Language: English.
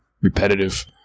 repetitive